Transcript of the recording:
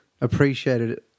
appreciated